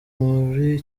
buri